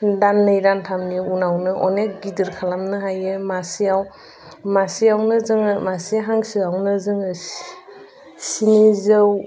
दाननै दानथामनि उनावनो अनेक गिदिर खालामनो हायो मासेयावनो जोङो मासे हांसोआवनो जोङो स्निजौ